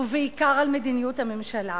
ובעיקר על מדיניות הממשלה.